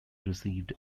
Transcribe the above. received